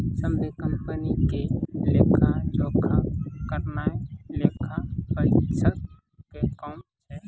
सभ्भे कंपनी के लेखा जोखा करनाय लेखा परीक्षक के काम छै